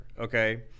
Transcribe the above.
okay